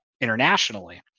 internationally